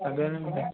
అర్ధమయిందండి